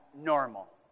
normal